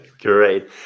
Great